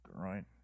Right